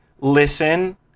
listen